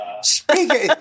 Speaking